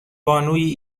بانویی